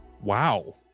Wow